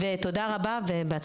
ותודה רבה ובהצלחה.